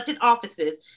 offices